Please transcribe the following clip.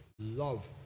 love